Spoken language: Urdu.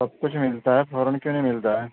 سب کچھ ملتا ہے فوراً کیوں نہیں ملتا ہے